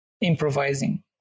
improvising